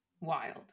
Wild